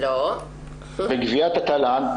--- בגביית התל"ן.